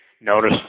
notice